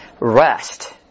rest